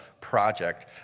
project